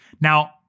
Now